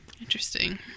interesting